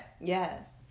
Yes